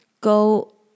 go